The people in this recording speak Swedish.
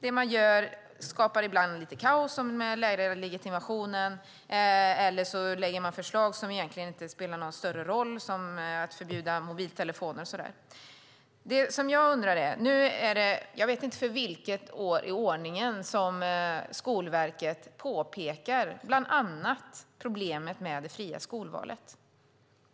Det man gör skapar ibland lite kaos, som med lärarlegitimationen, eller också lägger man fram förslag som egentligen inte spelar någon större roll, som att förbjuda mobiltelefoner. Jag vet inte för vilket år i ordningen som Skolverket bland annat påpekar problemet med det fria skolvalet.